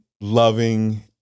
loving